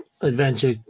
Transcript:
adventure